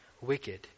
wicked